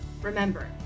Remember